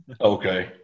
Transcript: Okay